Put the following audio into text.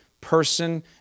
person